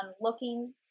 looking